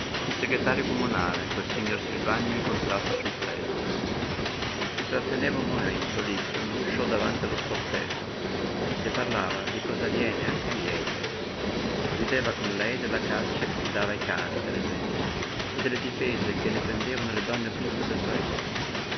il segretario comunale quel signor silvagni incontrato sul treno si tratteneva un momento lí sull'uscio o davanti lo sportello le parlava di cose aliene anche liete rideva con lei della caccia che si dava ai cani per esempio e delle difese che ne prendevano le donne brutte del paese